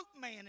man